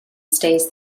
stays